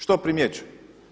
Što primjećuju?